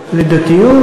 דווקא לדתיות.